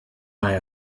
buy